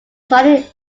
saudi